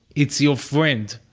it's your friend.